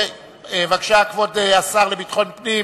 בבקשה, כבוד השר לביטחון פנים